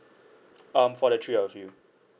um for the three of you